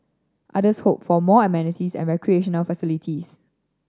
others hoped for more amenities and recreational facilities